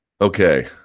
Okay